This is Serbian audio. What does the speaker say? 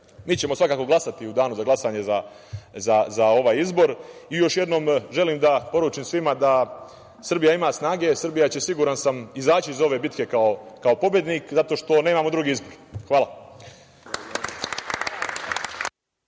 ćemo svakako glasati u danu za glasanje za ovaj izbor. Još jednom želim da poručim svima da Srbija ima snage. Srbija će, siguran sam, izaći iz ove bitke kao pobednik, jer nemamo drugi izbor. Hvala.